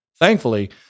Thankfully